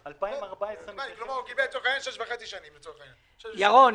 קיבל 6.5 שנים לצורך העניין.